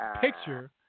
picture